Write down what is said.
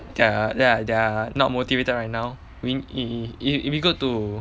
they're they're they're not motivated right now we we it will be good to